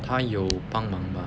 他有帮忙吧